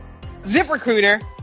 ZipRecruiter